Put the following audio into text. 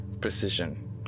precision